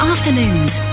Afternoons